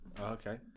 Okay